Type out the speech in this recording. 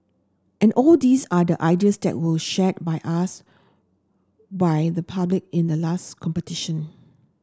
and all these are the ideas that were shared by us by the public in the last competition